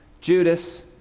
Judas